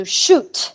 shoot